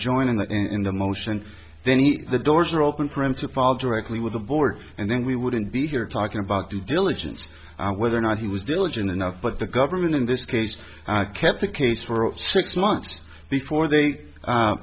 join in that in the motion then he the doors are open for him to fall directly with the board and then we wouldn't be here talking about due diligence whether or not he was diligent enough but the government in this case kept the case for six months before they